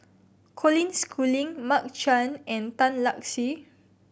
Colin Schooling Mark Chan and Tan Lark Sye